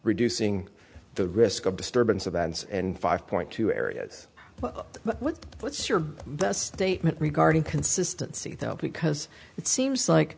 reducing the risk of disturbance events and five point two areas what's your best statement regarding consistency because it seems like